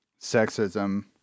Sexism